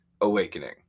awakening